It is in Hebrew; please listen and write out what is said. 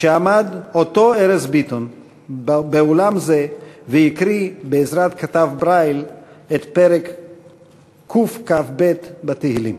כשעמד ארז ביטון באולם זה והקריא בעזרת כתב ברייל את פרק קכ"ב בתהילים.